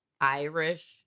irish